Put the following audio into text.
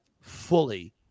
fully